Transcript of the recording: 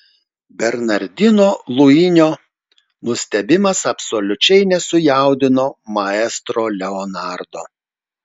bernardino luinio nustebimas absoliučiai nesujaudino maestro leonardo